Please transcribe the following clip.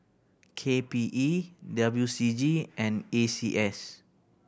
K P E W C G and A C S